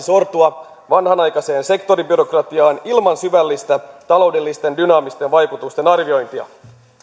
sortua vanhanaikaiseen sektoribyrokratiaan ilman syvällistä taloudellisten dynaamisten vaikutusten arviointia